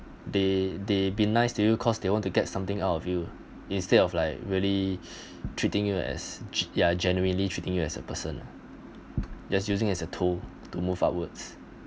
they they be nice to you cause they want to get something out of you instead of like really treating you as ge~ ya genuinely treating you as a person just using as a tool to move upwards